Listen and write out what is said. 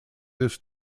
this